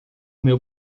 meu